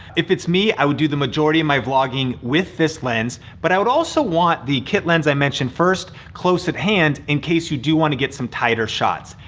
if it's me, i would do the majority of my vlogging with this lens, but i would also want the kit lens i mentioned first close at hand in case you do wanna get some tighter shots.